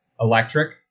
electric